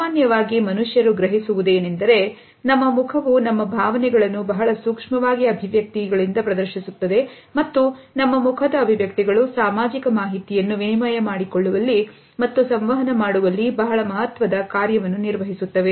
ಸಾಮಾನ್ಯವಾಗಿ ಮನುಷ್ಯರು ಗ್ರಹಿಸುವುದೇ ಏನೆಂದರೆ ನಮ್ಮ ಮುಖವು ನಮ್ಮ ಭಾವನೆಗಳನ್ನು ಬಹಳ ಸೂಕ್ಷ್ಮವಾದ ಅಭಿವ್ಯಕ್ತಿ ಗಳಿಂದ ಪ್ರದರ್ಶಿಸುತ್ತದೆ ಮತ್ತು ನಮ್ಮ ಮುಖದ ಅಭಿವ್ಯಕ್ತಿಗಳು ಸಾಮಾಜಿಕ ಮಾಹಿತಿಯನ್ನು ವಿನಿಮಯ ಮಾಡಿಕೊಳ್ಳುವಲ್ಲಿ ಮತ್ತು ಸಂವಹನ ಮಾಡುವಲ್ಲಿ ಬಹಳ ಮಹತ್ವದ ಕಾರ್ಯವನ್ನು ನಿರ್ವಹಿಸುತ್ತವೆ